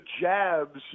jabs